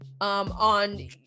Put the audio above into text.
on